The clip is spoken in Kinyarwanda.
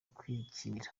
kwikinira